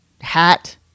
hat